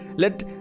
Let